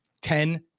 ten